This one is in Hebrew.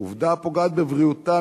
"עובדה הפוגעת בבריאותם,